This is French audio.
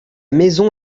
maison